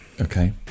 Okay